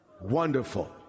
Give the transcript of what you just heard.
Wonderful